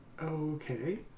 Okay